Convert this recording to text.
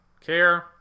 care